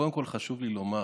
קודם כול חשוב לי לומר,